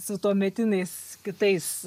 su tuometiniais kitais